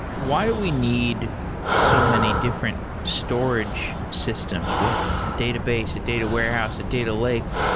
why do we need so many different storage systems? we have a database, a data warehouse, a data lake.